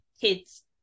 kids